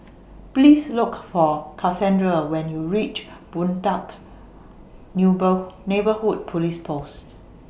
Please Look For Kassandra when YOU REACH Boon Teck New berg Neighbourhood Police Post